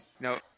No